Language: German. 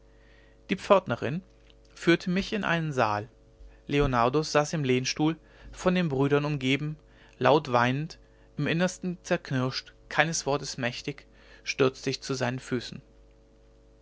die pförtnerin führte mich in einen saal leonardus saß im lehnstuhl von den brüdern umgeben laut weinend im innersten zerknirscht keines wortes mächtig stürzte ich zu seinen füßen